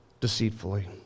deceitfully